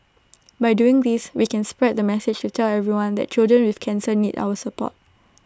by doing this we can spread the message to tell everyone that children with cancer need our support